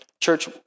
church